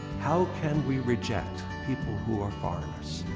how can we reject people who are foreigners?